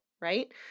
right